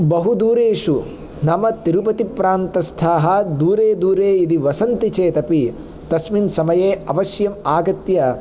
बहुदूरेषु नाम तिरुपतिप्रान्तस्थाः दूरे दूरे यदि वसन्ति चेदपि तस्मिन् समये अवश्यमागत्य